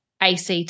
ACT